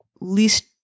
least